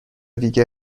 دیگه